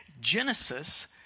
Genesis